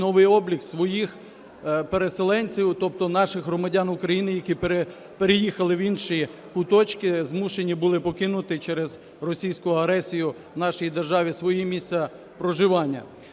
новий облік своїх переселенців, тобто наших громадян України, які переїхали в інші куточки, змушені були покинути через російську агресію в нашій державі своє місце проживання.